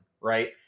Right